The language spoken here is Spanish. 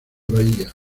bahía